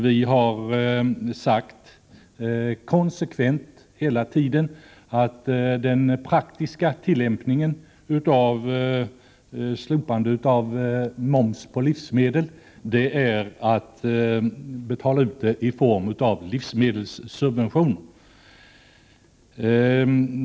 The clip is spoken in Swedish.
Vi har hela tiden konsekvent sagt att den praktiska tillämpningen av ett slopande av momsen på livsmedel är att betala ut pengarna i form av livsmedelssubventioner.